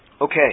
Okay